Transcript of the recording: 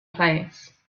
place